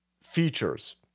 features